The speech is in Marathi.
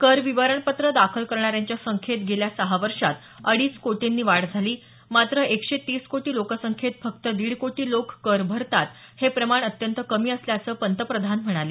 कर विवरणपत्र दाखल करणाऱ्यांच्या संख्येत गेल्या सहा वर्षांत अडीच कोटींनी वाढ झाली मात्र एकशे तीस कोटी लोकसंख्येत फक्त दीड कोटी लोक कर भरतात हे प्रमाण अत्यंत कमी असल्याचं ते म्हणाले